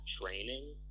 training